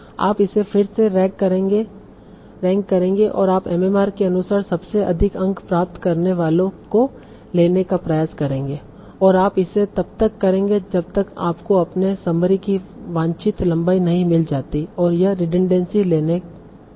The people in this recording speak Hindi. आप इसे फिर से रैंक करेंगे और आप MMR के अनुसार सबसे अधिक अंक प्राप्त करने वाले को लेने का प्रयास करेंगे और आप इसे तब तक करेंगे जब तक आपको अपने समरी की वांछित लंबाई नहीं मिल जाती और यह रिडनड़ेंसी लेने का विचार है